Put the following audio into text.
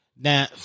Now